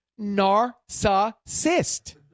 Narcissist